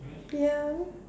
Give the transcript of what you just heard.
ya